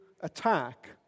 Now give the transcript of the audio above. attack